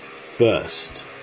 First